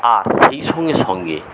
আর সেই সঙ্গে সঙ্গে